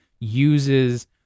uses